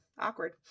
Awkward